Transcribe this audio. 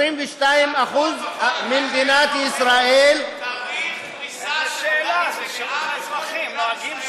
22% ממדינת ישראל, רק חול וחול בכל מדינת ישראל.